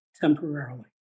temporarily